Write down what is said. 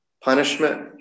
punishment